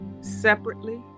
separately